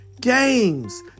games